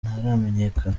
ntaramenyekana